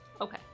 Okay